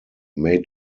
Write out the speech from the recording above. may